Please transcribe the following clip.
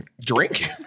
Drink